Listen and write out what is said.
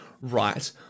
right